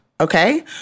okay